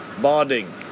bonding